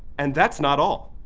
and that's not all.